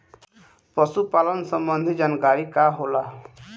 पशु पालन संबंधी जानकारी का होला?